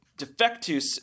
defectus